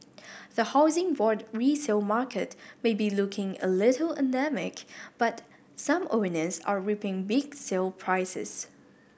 the Housing Board resale market may be looking a little anaemic but some owners are reaping big sale prices